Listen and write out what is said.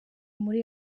muri